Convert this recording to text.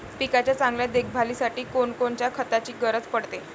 पिकाच्या चांगल्या देखभालीसाठी कोनकोनच्या खताची गरज पडते?